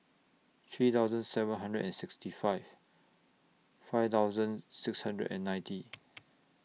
three thousand seven hundred and sixty five five thousand six hundred and ninety